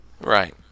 Right